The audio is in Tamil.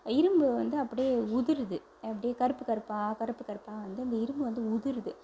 இரும்பு வந்து அப்படியே உதிருது அப்படியே கருப்பு கருப்பாக கருப்பு கருப்பாக வந்து அந்த இரும்பு வந்து உதிருது